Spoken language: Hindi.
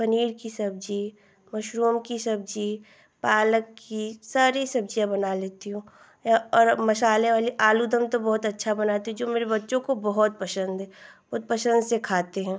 पनीर की सब्ज़ी मशरूम की सब्ज़ी पालक की सारी सब्ज़ियाँ बना लेती हूँ या और मसाले वाले आलू दम तो बहुत अच्छा बनाती हूँ जो मेरे बच्चों को बहुत पसन्द है बहुत पसन्द से खाते हैं